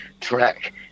track